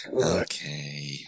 Okay